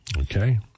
Okay